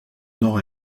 nord